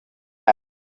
air